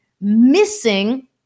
missing